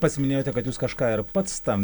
pats minėjote kad jūs kažką ir pats tam